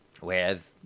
Whereas